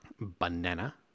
banana